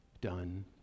done